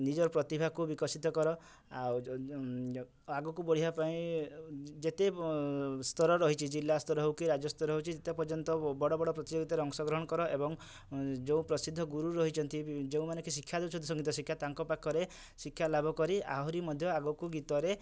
ନିଜର ପ୍ରତିଭା କୁ ବିକଶିତ କର ଆଉ ଆଗୁକୁ ବଢ଼ିବା ପାଇଁ ଯେତେ ସ୍ଥର ରହିଛି ଜିଲ୍ଲା ସ୍ଥର ହଉ କି ରାଜ୍ୟ ସ୍ଥର ହେଉଛି ଯେତେ ପର୍ଯ୍ୟନ୍ତ ବଡ଼ ବଡ଼ ପ୍ରତିଯୋଗିତା ରେ ଅଂଶ ଗ୍ରହଣ କର ଏବଂ ଯେଉଁ ପ୍ରସିଦ୍ଧ ଗୁରୁ ରହିଛନ୍ତି ଯେଉଁ ମାନେ କି ଶିକ୍ଷା ଦଉଛନ୍ତି ସଂଗୀତ ଶିକ୍ଷା ତାଙ୍କ ପାଖରେ ଶିକ୍ଷା ଲାଭ କରି ଆହୁରି ମଧ୍ୟ ଆଗୁକୁ ଗୀତ ରେ